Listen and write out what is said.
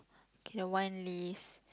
can a one lease